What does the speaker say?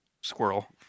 Squirrel